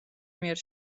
მიერ